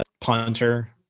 punter